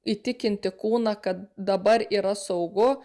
įtikinti kūną kad dabar yra saugu